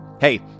Hey